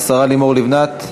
השרה לימור לבנת.